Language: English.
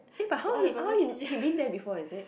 eh but how he how he he'd been there before is it